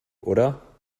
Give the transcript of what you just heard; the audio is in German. oder